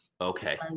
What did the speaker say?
Okay